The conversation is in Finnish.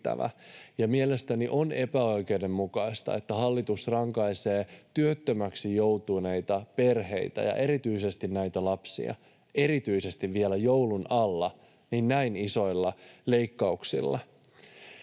mielestäni on epäoikeudenmukaista, että hallitus rankaisee työttömäksi joutuneita perheitä ja erityisesti näitä lapsia, erityisesti vielä joulun alla, näin isoilla leikkauksilla.